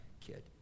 kid